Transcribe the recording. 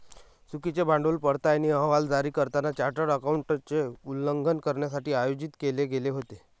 चुकीचे भांडवल पडताळणी अहवाल जारी करताना चार्टर्ड अकाउंटंटचे उल्लंघन करण्यासाठी आयोजित केले गेले होते